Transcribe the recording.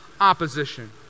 opposition